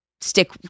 stick